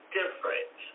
different